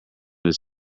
his